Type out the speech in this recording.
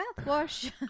mouthwash